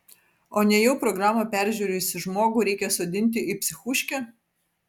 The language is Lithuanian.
o nejau programą peržiūrėjusį žmogų reikia sodinti į psichuškę